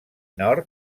nord